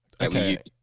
Okay